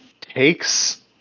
takes